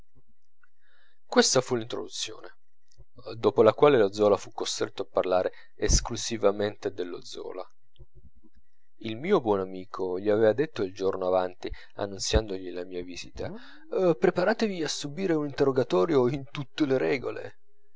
questa fu l'introduzione dopo la quale lo zola fu costretto a parlare esclusivamente dello zola il mio buon amico gli aveva detto il giorno avanti annunziandogli la mia visita preparatevi a subire un interrogatorio in tutto le regole